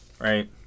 Right